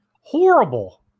Horrible